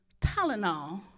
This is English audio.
Tylenol